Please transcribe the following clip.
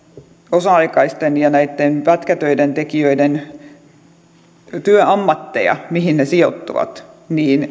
osa aikaisten ja pätkätöiden tekijöiden ammatteja mihin ne sijoittuvat